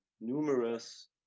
numerous